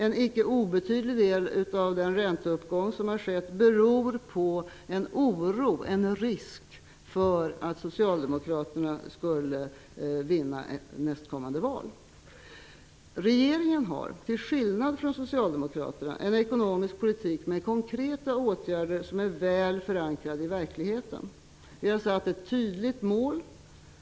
En icke obetydlig del av den ränteuppgång som har skett beror på en oro för att Socialdemokraterna skall vinna nästkommande val. Regeringen har, till skillnad från Socialdemokraterna, en ekonomisk politik med konkreta åtgärder som är väl förankrade i verkligheten. Vi har satt upp ett tydligt mål.